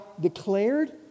declared